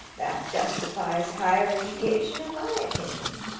that justifies higher education in my opinion.